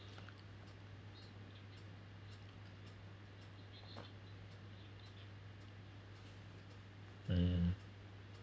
mm